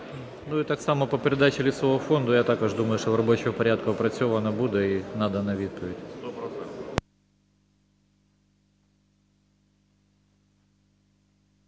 О.М. Так само по передачі лісового фонду, я також думаю, що в робочому порядку опрацьовано буде і надана відповідь.